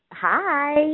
Hi